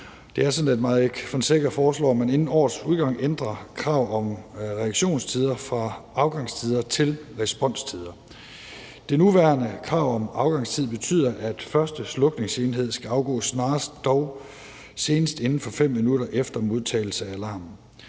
Det er sådan, at Mike Villa Fonseca foreslår, at man inden årets udgang ændrer krav om reaktionstider fra afgangstider til responstider. Det nuværende krav om afgangstid betyder, at første slukningsenhed skal afgå snarest, dog senest inden for 5 minutter efter modtagelse af alarmen.